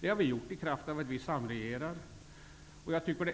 Så har skett under ett samregerande, men jag tycker att det